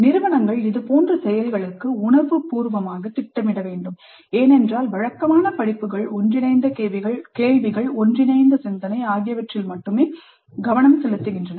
நிறுவனங்கள் இதுபோன்ற செயல்களுக்கு உணர்வுப்பூர்வமாக திட்டமிட வேண்டும் ஏனென்றால் வழக்கமான படிப்புகள் ஒன்றிணைந்த கேள்விகள் ஒன்றிணைந்த சிந்தனை ஆகியவற்றில் மட்டுமே கவனம் செலுத்துகின்றன